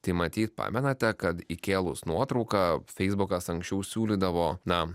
tai matyt pamenate kad įkėlus nuotrauką feisbukas anksčiau siūlydavo na